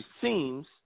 seems